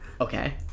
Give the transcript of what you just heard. Okay